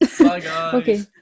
okay